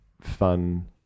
fun